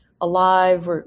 alive